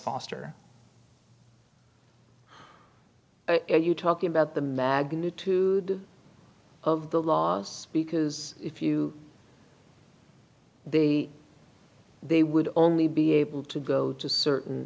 foster you talking about the magnitude of the laws because if you the they would only be able to go to certain